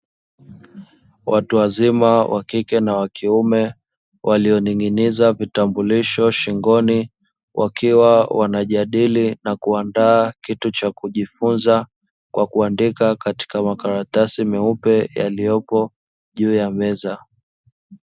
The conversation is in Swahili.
Watu wazima wa kike na wa kiume walioning'iniza vitambulisho shingoni, wakiwa wanajadili na kuandaa kitu cha kujifunza kwa kuandika katika makaratasi meupe yaliyopo juu ya meza.